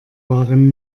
waren